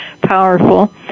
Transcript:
powerful